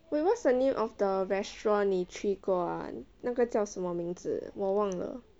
wait what's the name of the restaurant 你去过 ah 那个叫什么名字我忘了